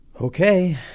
Okay